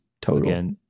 total